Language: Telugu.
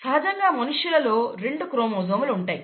సహజంగా మనుష్యులలో రెండు క్రోమోజోములు ఉంటాయి